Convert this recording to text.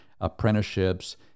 apprenticeships